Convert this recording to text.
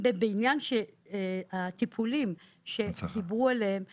בעניין הטיפולים עליהם דיברו.